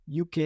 UK